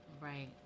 Right